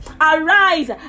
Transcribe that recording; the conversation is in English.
Arise